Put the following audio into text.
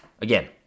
again